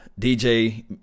DJ